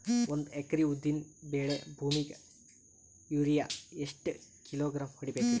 ಒಂದ್ ಎಕರಿ ಉದ್ದಿನ ಬೇಳಿ ಭೂಮಿಗ ಯೋರಿಯ ಎಷ್ಟ ಕಿಲೋಗ್ರಾಂ ಹೊಡೀಬೇಕ್ರಿ?